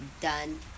done